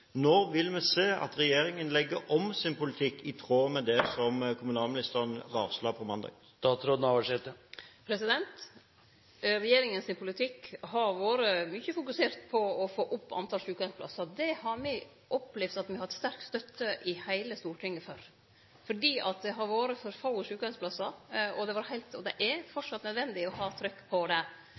vil vi se at regjeringen legger om sin politikk, i tråd med det som kommunalministeren varslet på mandag? Regjeringas politikk har vore mykje fokusert på å få opp talet på sjukeheimsplassar. Det har me opplevd at me har hatt sterk støtte for i heile Stortinget. Det har vore for få sjukeheimsplassar, og det er framleis nødvendig å ha trykk på det.